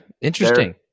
Interesting